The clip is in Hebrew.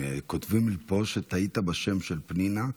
כותבים לי פה שטעית בשם של פנינה,